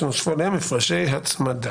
שנוספו עליהם הפרשי הצמדה".